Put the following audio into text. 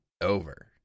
over